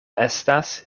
estas